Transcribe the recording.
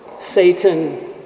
Satan